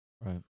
Right